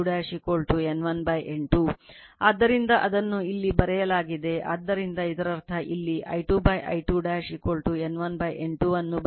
ಆದ್ದರಿಂದ ಅದನ್ನು ಇಲ್ಲಿ ಬರೆಯಲಾಗಿದೆ ಆದ್ದರಿಂದ ಇದರರ್ಥ ಇಲ್ಲಿ I2 I2 N1 N2 ಅನ್ನು ಬದಲಿಸಿ ಆದ್ದರಿಂದ N1 N22 R2